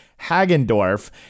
Hagendorf